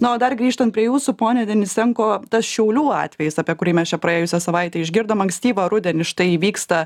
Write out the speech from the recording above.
na o dar grįžtant prie jūsų pone denisenko tas šiaulių atvejis apie kurį mes čia praėjusią savaitę išgirdom ankstyvą rudenį štai įvyksta